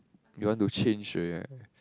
you want to change already right